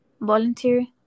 volunteer